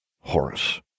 Horace